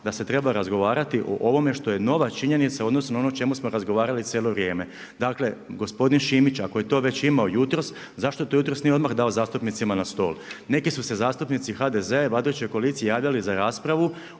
da se treba razgovarati o ovome što je nova činjenica u odnosu na ono o čemu smo razgovarali cijelo vrijeme. Dakle, gospodin Šimić ako je to već imao jutros, zašto to jutros nije odmah dao zastupnicima na stol. Neki su se zastupnici HDZ-a i vladajuće koalicije javljali za raspravu,